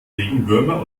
regenwürmer